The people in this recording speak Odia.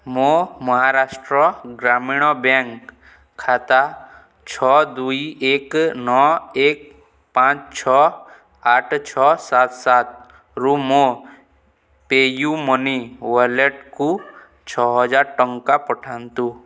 ମୋ ମହାରାଷ୍ଟ୍ର ଗ୍ରାମୀଣ ବ୍ୟାଙ୍କ୍ ଖାତା ଛଅ ଦୁଇ ଏକ ନଅ ଏକ ପାଞ୍ଚ ଛଅ ଆଠ ଛଅ ସାତ ସାତରୁ ମୋ ପେ ୟୁ ମନି ୱାଲେଟ୍କୁ ଛଅହଜାର ଟଙ୍କା ପଠାନ୍ତୁ